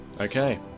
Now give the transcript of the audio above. Okay